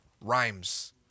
rhymes